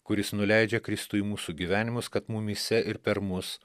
kuris nuleidžia kristų į mūsų gyvenimus kad mumyse ir per mus